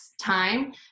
time